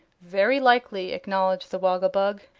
very likely, acknowledged the woggle-bug.